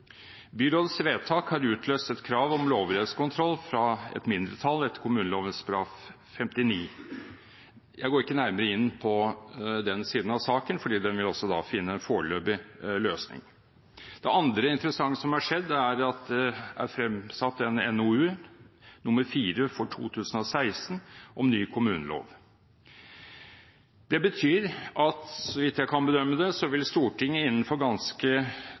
Byrådets vedtak har utløst et krav om lovlighetskontroll fra et mindretall etter kommuneloven § 59. Jeg går ikke nærmere inn på den siden av saken, fordi den vil finne en foreløpig løsning. Det andre interessante som har skjedd, er at det er fremsatt en NOU, nr. 4 for 2016, om ny kommunelov. Det betyr, så vidt jeg kan bedømme det, at Stortinget innenfor ganske